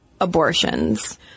abortions